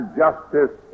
justice